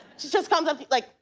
she just comes up like,